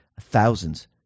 thousands